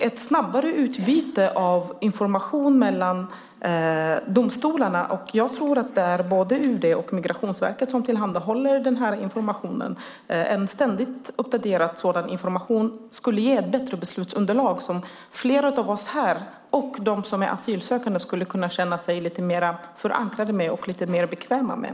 Ett snabbare utbyte av ständigt uppdaterad information mellan domstolarna - både UD och Migrationsverket tillhandahåller informationen - skulle ge bättre beslutsunderlag som flera av oss här och de asylsökande skulle känna sig mer förankrade och bekväma med.